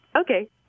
okay